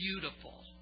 beautiful